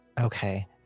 Okay